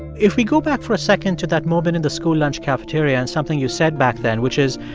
if we go back for a second to that moment in the school lunch cafeteria and something you said back then, which is,